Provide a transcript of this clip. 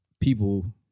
people